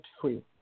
free